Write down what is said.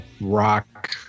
rock